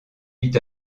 vit